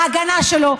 בהגנה שלו.